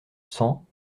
cent